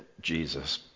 Jesus